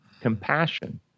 compassion